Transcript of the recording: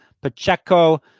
Pacheco